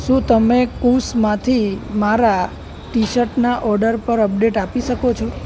શું તમે કૂસમાંથી મારા ટીશર્ટના ઓર્ડર પર અપડેટ આપી શકો